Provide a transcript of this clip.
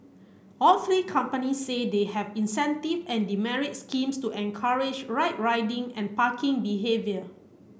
all three companies say they have incentive and demerit schemes to encourage right riding and parking behaviour